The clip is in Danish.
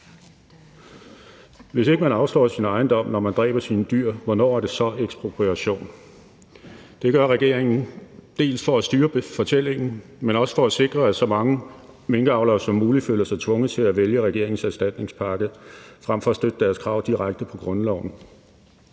Hvis ikke man afstår sin ejendom, når man dræber sine dyr, hvornår er det så ekspropriation? Det gør regeringen dels for at styre fortællingen, men også for at sikre, at så mange minkavlere som muligt føler sig tvunget til at vælge regeringens erstatningspakke frem for at støtte deres krav direkte på grundloven.